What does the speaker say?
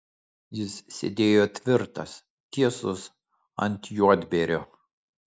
jis sėdėjo tvirtas tiesus ant juodbėrio